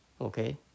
Okay